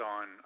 on